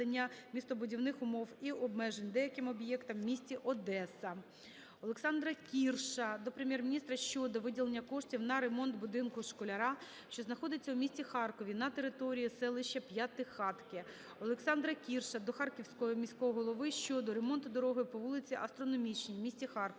Олександра Кірша до Прем'єр-міністра щодо виділення коштів на ремонт "Будинку школяра", що знаходиться у місті Харкові на території селища П'ятихатки. Олександра Кірша до Харківського міського голови щодо ремонту дороги по вулиці Астрономічній в місті Харкові.